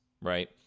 right